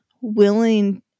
willing